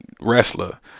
Wrestler